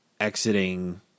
exiting